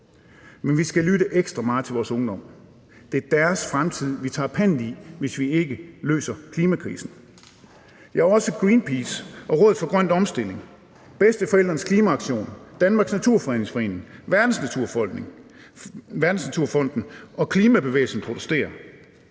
Men vi skal lytte ekstra meget til vores ungdom. Det er deres fremtid, vi tager pant i, hvis vi ikke løser klimakrisen. Det er også Greenpeace og Rådet for Grøn Omstilling, Bedsteforældrenes Klimaaktion, Danmarks Naturfredningsforening, Verdensnaturfonden – klimabevægelsen – som protesterer.